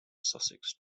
sussex